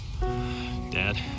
Dad